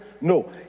No